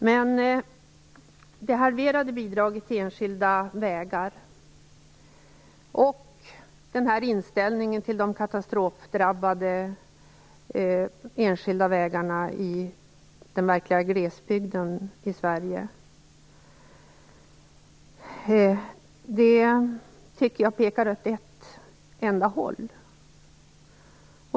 Men det halverade bidraget till enskilda vägar och inställningen till de katastrofdrabbade enskilda vägarna i glesbygden i Sverige pekar åt ett enda håll.